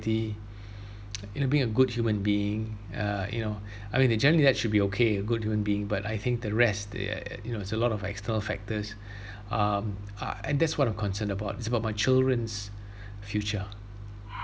you know being a good human being uh you know I mean they generally that should be okay good human being but I think the rest there you know it's a lot of external factors um uh and that's what I'm concerned about is about my children's future